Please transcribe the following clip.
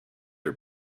are